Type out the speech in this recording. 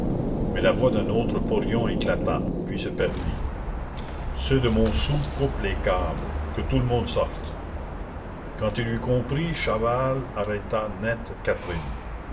mais la voix d'un autre porion éclata puis se perdit ceux de montsou coupent les câbles que tout le monde sorte quand il eut compris chaval arrêta net catherine